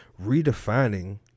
redefining